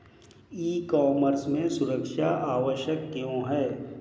ई commerce में सुरक्षा आवश्यक क्यों है?